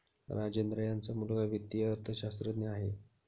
राजेंद्र यांचा मुलगा वित्तीय अर्थशास्त्रज्ञ आहे